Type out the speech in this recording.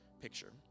picture